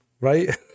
right